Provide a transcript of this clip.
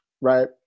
right